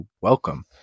welcome